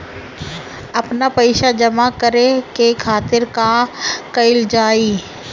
आपन पइसा जमा करे के खातिर का कइल जाइ?